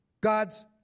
God's